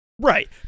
Right